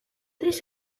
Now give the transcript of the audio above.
this